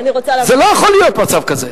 לא יכול להיות מצב כזה.